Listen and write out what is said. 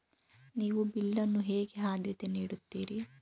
ನೀವು ಬಿಲ್ ಅನ್ನು ಹೇಗೆ ಆದ್ಯತೆ ನೀಡುತ್ತೀರಿ?